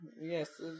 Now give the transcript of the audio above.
Yes